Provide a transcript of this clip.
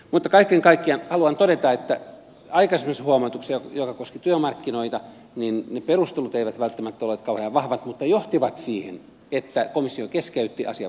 mutta kaiken kaikkiaan haluan todeta että aikaisemmassa huomautuksessa joka koski työmarkkinoita ne perustelut eivät välttämättä olleet kauhean vahvat mutta johtivat siihen että komissio keskeytti asian valmistelun